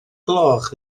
gloch